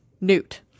Newt